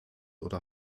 oder